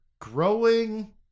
growing